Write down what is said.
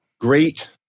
great